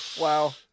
Wow